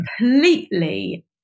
completely